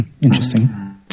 Interesting